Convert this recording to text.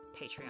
Patreon